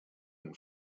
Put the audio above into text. and